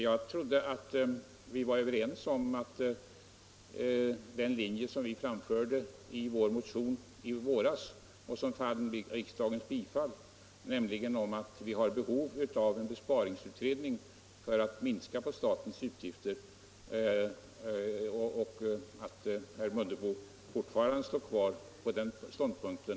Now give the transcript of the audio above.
Jag trodde att vi var överens om att den linje vi framförde i vår motion i våras, vilken vann riksdagens bifall, nämligen att vi har behov av en besparingsutredning för att minska statens utgifter, var den riktiga och att herr Mundebo fortfarande stod fast vid den ståndpunkten.